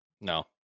No